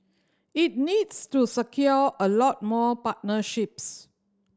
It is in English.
it needs to secure a lot more partnerships